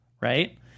right